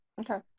okay